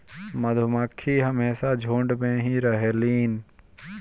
मधुमक्खी हमेशा झुण्ड में ही रहेलीन